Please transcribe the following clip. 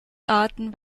arten